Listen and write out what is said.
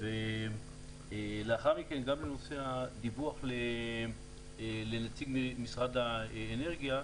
לאחר מכן, גם בנושא דיווח לנציג משרד האנרגיה,